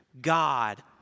God